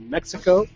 Mexico